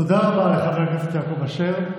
תודה רבה לחבר הכנסת יעקב אשר.